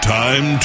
time